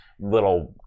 little